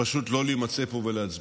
פשוט לא להימצא פה ולהצביע.